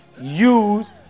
use